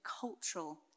cultural